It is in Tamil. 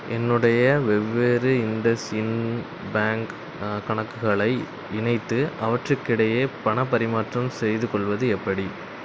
என்னுடைய வெவ்வேறு இண்டஸ்இண்ட் பேங்க் கணக்குகளை இணைத்து அவற்றுக்கிடையே பணப் பரிமாற்றம் செய்துகொள்வது எப்படி